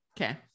okay